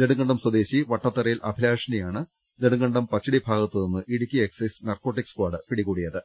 നെടുങ്കണ്ടം സ്വദേശി വട്ടത്തറയിൽ അഭിലാഷിനെയാണ് നെടുങ്കണ്ടം പച്ചടി ഭാഗത്തു നിന്നും ഇടുക്കി എക്സൈസ് നാർക്കോട്ടിക് സ്കാഡ് പിടികൂടിയത്